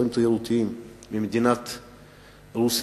ממדינת רוסיה.